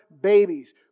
babies